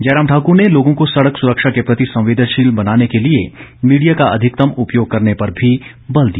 जयराम ठाकुर ने लोगों को सड़क सुरक्षा के प्रति संवेदनशील बनाने के लिए मीडिया का अधिकतम उपयोग करने पर भी बल दिया